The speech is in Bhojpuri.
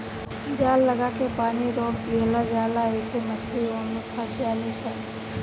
जाल लागा के पानी रोक दियाला जाला आइसे मछली ओमे फस जाली सन